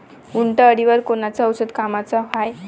उंटअळीवर कोनचं औषध कामाचं हाये?